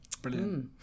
brilliant